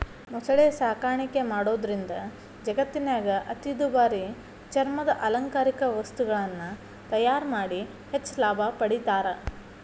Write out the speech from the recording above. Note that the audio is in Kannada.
ಮೊಸಳೆ ಸಾಕಾಣಿಕೆ ಮಾಡೋದ್ರಿಂದ ಜಗತ್ತಿನ್ಯಾಗ ಅತಿ ದುಬಾರಿ ಚರ್ಮದ ಅಲಂಕಾರಿಕ ವಸ್ತುಗಳನ್ನ ತಯಾರ್ ಮಾಡಿ ಹೆಚ್ಚ್ ಲಾಭ ಪಡಿತಾರ